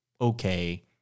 okay